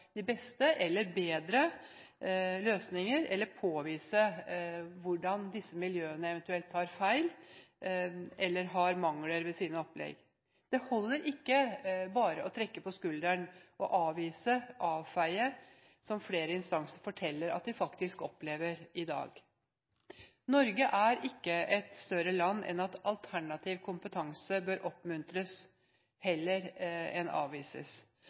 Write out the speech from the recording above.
de beste løsningene, eller bedre løsninger, eller påvise på hvilken måte disse miljøene eventuelt tar feil eller har mangler ved sine opplegg. Det holder ikke bare å trekke på skuldrene og avvise og avfeie, som flere instanser forteller at de faktisk opplever i dag. Norge er ikke et større land enn at alternativ kompetanse bør oppmuntres heller enn avvises,